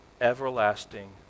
everlasting